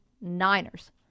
Niners